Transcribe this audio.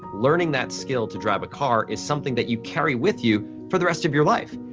learning that skill to drive a car, is something that you carry with you for the rest of your life.